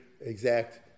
exact